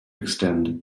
extend